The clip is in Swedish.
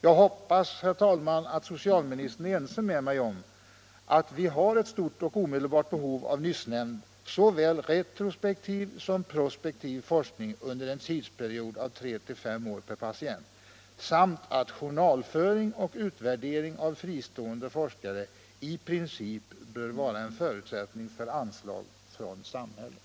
Jag hoppas, herr talman, att socialministern är ense med mig om att vi har ett stort och omedelbart behov av nyssnämnda forskning, såväl retrospektiv som prospektiv, under en tidsperiod av 3-5 år per patient samt att journalföring och utvärdering som utförs av fristående forskare i princip bör vara förutsättningar för anslag från samhället.